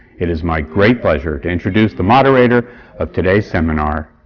it is my great pleasure to introduce the moderator of today's seminar,